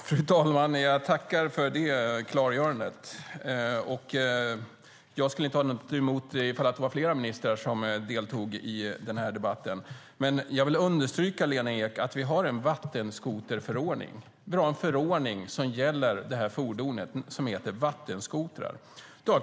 Fru talman! Jag tackar för det klargörandet. Jag skulle inte ha något emot om det var flera ministrar som deltog i den här debatten. Men jag vill understryka, Lena Ek, att vi har en vattenskoterförordning. Vi har en förordning som gäller det fordon som heter vattenskoter.